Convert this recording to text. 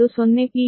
10 p